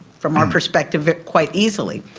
from our perspective, quite easily.